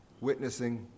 witnessing